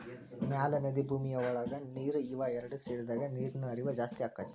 ಮ್ಯಾಲ ನದಿ ಭೂಮಿಯ ಒಳಗ ನೇರ ಇವ ಎರಡು ಸೇರಿದಾಗ ನೇರಿನ ಹರಿವ ಜಾಸ್ತಿ ಅಕ್ಕತಿ